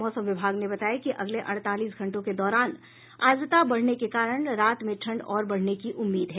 मौसम विभाग ने बताया कि अगले अड़तालीस घंटों के दौरान आद्रता बढ़ने के कारण रात में ठंड और बढ़ने की उम्मीद है